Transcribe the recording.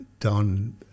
Don